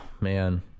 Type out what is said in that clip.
Man